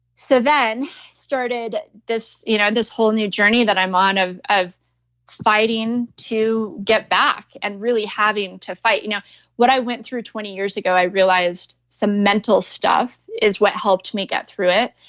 so then started this you know this whole new journey that i'm on of of fighting to get back and really having to fight. you know what i went through twenty years ago, i realized some mental stuff is what helped me get through it.